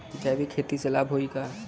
जैविक खेती से लाभ होई का?